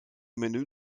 menü